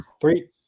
three